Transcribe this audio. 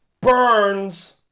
burns